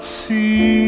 see